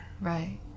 Right